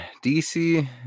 DC